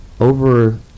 over